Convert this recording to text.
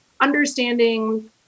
understanding